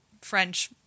French